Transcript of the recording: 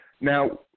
Now